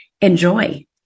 enjoy